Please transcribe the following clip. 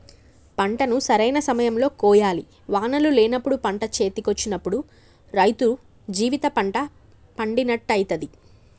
పంటను సరైన సమయం లో కోయాలి వానలు లేనప్పుడు పంట చేతికొచ్చినప్పుడు రైతు జీవిత పంట పండినట్టయితది